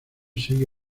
sigue